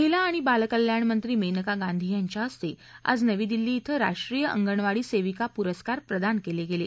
महिला आणि बालकल्याण मंत्री मेनका गांधी यांच्या हस्ते आज नवी दिल्ली इथं राष्ट्रीय अंगणवाडी सेविका पुस्स्कार आज प्रदान केले गेले